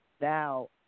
now